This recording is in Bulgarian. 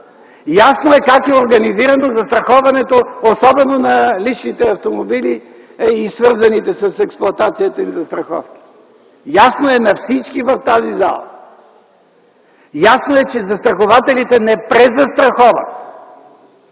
Ясно е как е организирано застраховането, особено на личните автомобили и свързаните с експлоатацията им застраховки. Ясно е на всички в тази зала! Ясно е, че застрахователите не презастраховат,